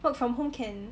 work from home can